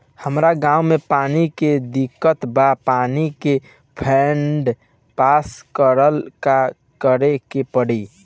हमरा गॉव मे पानी के दिक्कत बा पानी के फोन्ड पास करेला का करे के पड़ी?